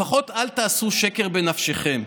לפחות אל תעשו שקר בנפשותיכם.